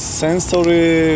sensory